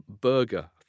burger